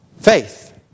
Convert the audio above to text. Faith